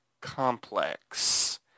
complex